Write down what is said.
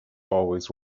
always